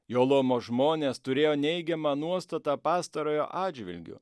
jo luomo žmonės turėjo neigiamą nuostatą pastarojo atžvilgiu